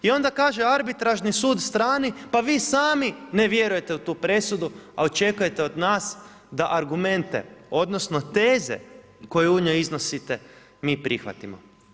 I onda kaže arbitražni sud, strani, pa vi sami ne vjerujete u tu presudu, a očekujete od nas, da argumente, odnosno, teze koje u njoj iznosite, mi prihvatimo.